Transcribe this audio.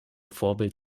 vorbild